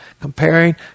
comparing